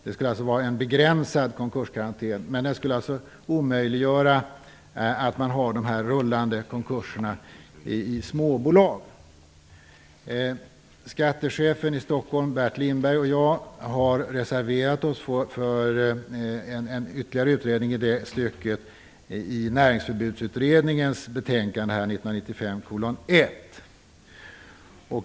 Det skulle alltså vara en begränsad konkurskarantän. Men den skulle omöjliggöra de rullande konkurserna i småbolag. Skattechefen i Stockholms län, Bert Lindberg, och jag har reserverat oss för en ytterligare utredning i det stycket i Näringsförbudsutredningens betänkande 1995:1.